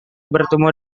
bertemu